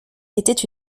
étaient